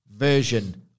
version